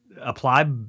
apply